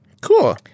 Cool